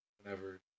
Whenever